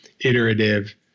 iterative